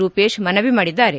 ರೂಪೇಶ್ ಮನವಿ ಮಾಡಿದ್ದಾರೆ